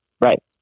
Right